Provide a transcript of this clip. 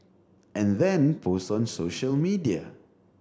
and then post on social media